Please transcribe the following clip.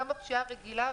גם בפשיעה הרגילה,